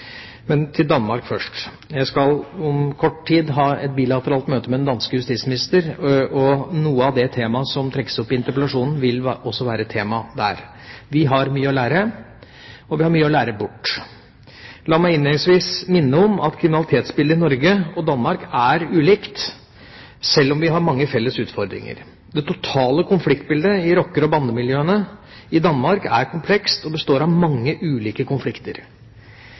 Men til Danmark først: Jeg skal om kort tid ha et bilateralt møte med den danske justisministeren, og noe av det temaet som trekkes opp i interpellasjonen, vil også være et tema der. Vi har mye å lære, og vi har mye å lære bort. La meg innledningsvis minne om at kriminalitetsbildet i Norge og Danmark er ulikt, sjøl om vi har mange felles utfordringer. Det totale konfliktbildet i rocke- og bandemiljøene i Danmark er komplekst og består av mange ulike konflikter.